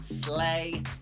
Slay